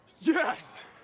Yes